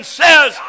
says